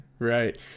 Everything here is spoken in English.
Right